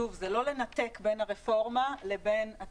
שוב, זה לא לנתק בין הרפורמה ובין המכסה.